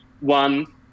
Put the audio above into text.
one